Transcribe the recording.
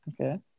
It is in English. Okay